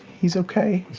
he's okay.